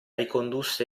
ricondusse